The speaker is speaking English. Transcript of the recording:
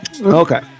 Okay